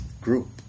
group